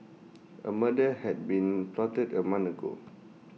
A murder had been plotted A month ago